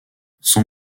son